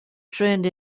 trained